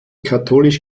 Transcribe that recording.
katholisch